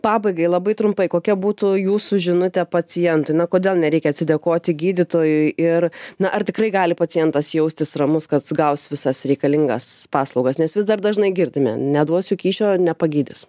pabaigai labai trumpai kokia būtų jūsų žinutė pacientui na kodėl nereikia atsidėkoti gydytojui ir na ar tikrai gali pacientas jaustis ramus kad gaus visas reikalingas paslaugas nes vis dar dažnai girdime neduosiu kyšio nepagydys